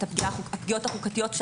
את הפגיעות החוקתיות,